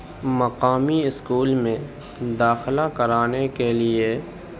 مقامی اسکول میں داخلہ کرانے کے لیے